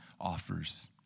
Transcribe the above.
offers